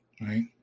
Right